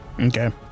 Okay